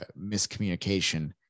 miscommunication